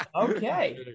Okay